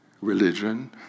religion